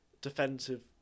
defensive